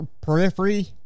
Periphery